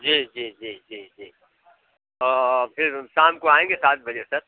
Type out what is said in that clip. जी जी जी जी जी फिर शाम को आएंगे सात बजे सर